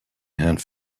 and